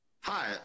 Hi